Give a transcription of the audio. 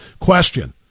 Question